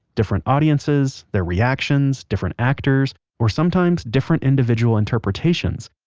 different audiences, their reactions, different actors, or sometimes different individual interpretations.